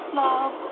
love